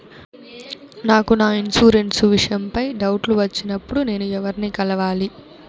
నాకు నా ఇన్సూరెన్సు విషయం పై డౌట్లు వచ్చినప్పుడు నేను ఎవర్ని కలవాలి?